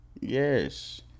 Yes